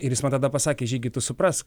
ir jis man tada pasakė žygi tu suprask